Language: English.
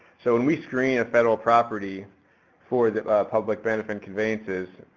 so when we screen a federal property for the public benefit conveyances,